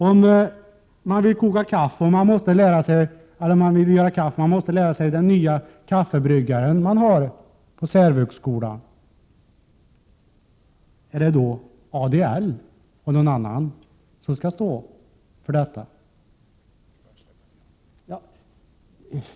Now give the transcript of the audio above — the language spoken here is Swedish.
Om man vill koka kaffe och måste lära sig att använda den nya kaffebryggaren på särvuxskolan, är det då fråga om ADL-träning eller om något annat?